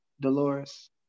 dolores